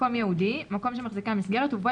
"מקום ייעודי" מקום שמחזיקה מסגרת ובו